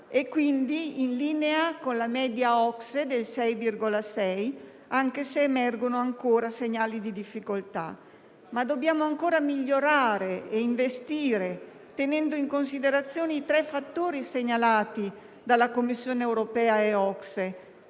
e, quindi, in linea con la media OCSE del 6,6 per cento, anche se emergono ancora segnali di difficoltà. Dobbiamo ancora migliorare e investire tenendo in considerazione i tre fattori segnalati dalla Commissione europea e